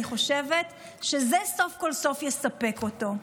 אני חושבת שזה סוף כל סוף יספק אותו.